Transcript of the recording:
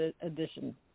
edition